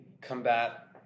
combat